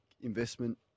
investment